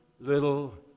little